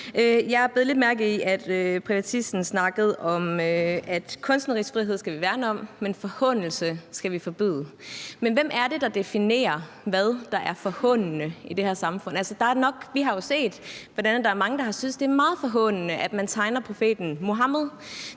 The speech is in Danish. Jeg bed lidt mærke i, at privatisten snakkede om, at kunstnerisk frihed skal vi værne om, men forhånelse skal vi forbyde. Men hvem er det, der definerer, hvad der er forhånende i det her samfund? Vi har jo set, hvordan mange har syntes, det er meget forhånende, at man tegner profeten Muhammed,